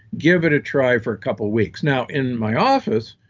give it a try for a couple weeks. now, in my office,